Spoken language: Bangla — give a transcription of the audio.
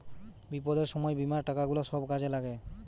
বিপদের সময় বীমার টাকা গুলা সব কাজে লাগে